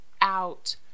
out